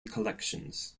collections